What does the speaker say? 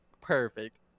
perfect